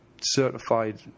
certified